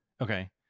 Okay